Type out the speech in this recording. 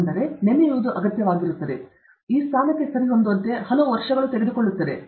ಆದ್ದರಿಂದ ನೆನೆಯುವುದು ಅಗತ್ಯವಾಗಿರುತ್ತದೆ ಈ ಸ್ಥಾನಕ್ಕೆ ಸರಿಹೊಂದುವಂತೆ ಹಲವು ವರ್ಷಗಳು ತೆಗೆದುಕೊಳ್ಳುತ್ತದೆ